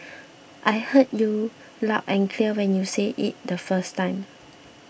I heard you loud and clear when you say it the first time